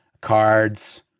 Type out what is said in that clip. Cards